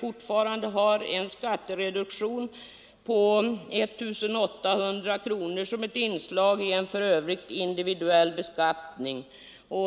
Fortfarande har vi en skattereduktion på 1 800 kronor som ett inslag i en för övrigt individuell beskattning.